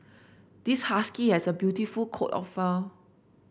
this husky has a beautiful coat of fur